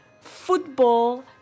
football